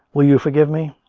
will you forgive me?